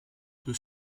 deux